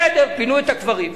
בסדר, פינו את הקברים.